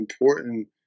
important